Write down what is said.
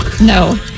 No